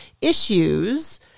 issues